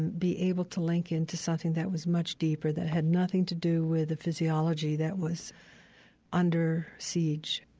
be able to link into something that was much deeper, that had nothing to do with the physiology that was under siege